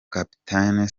capitaine